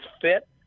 fit